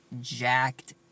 jacked